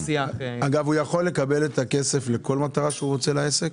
הוא יכול לקבל את הכסף לכל מטרה בעסק?